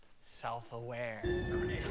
self-aware